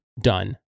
done